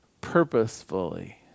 purposefully